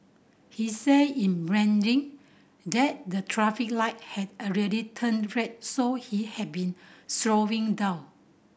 he said in Mandarin that the traffic light had already turned red so he had been slowing down